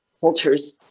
cultures